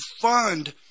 fund